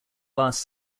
last